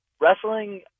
wrestling